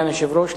סגן היושב-ראש,